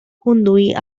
conduir